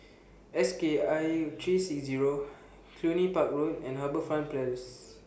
S K I three six Zero Cluny Park Road and HarbourFront Place